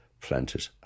planted